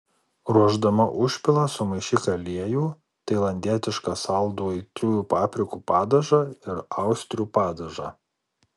ruošdama užpilą sumaišyk aliejų tailandietišką saldų aitriųjų paprikų padažą ir austrių padažą